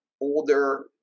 older